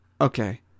Okay